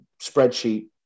spreadsheet